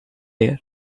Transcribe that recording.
rare